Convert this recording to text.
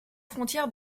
frontières